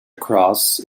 cross